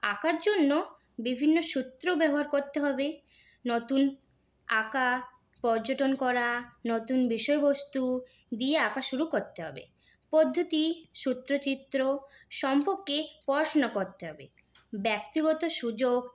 আঁকার জন্য বিভিন্ন সূত্র ব্যবহার করতে হবে নতুন আঁকা পর্যটন করা নতুন বিষয়বস্তু দিয়ে আঁকা শুরু করতে হবে পদ্ধতি সূত্রচিত্র সম্পর্কে পড়াশোনা করতে হবে ব্যক্তিগত সুযোগ